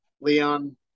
Leon